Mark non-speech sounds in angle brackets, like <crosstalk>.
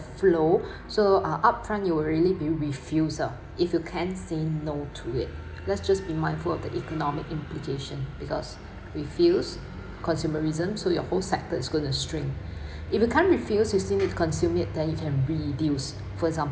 flow <breath> so uh upfront it would really be refuse ah if you can't say no to it let's just be mindful of the economic implication because refuse consumerism so your whole sectors is going to strain <breath> if you can't refuse you still need to consume it so you can reduce for example